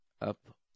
up